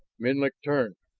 menlik turned,